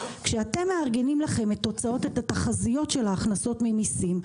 כשאתם מארגנים לכם את תחזיות של ההכנסות ממסים,